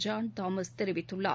John Thomas தெரிவித்குள்ளார்